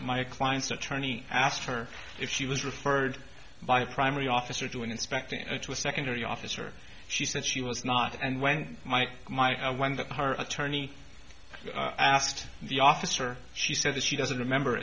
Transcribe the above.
my client's attorney asked her if she was referred by a primary officer doing inspecting to a secondary officer she said she was not and when my my when the her attorney asked the officer she said she doesn't remember